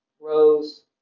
rose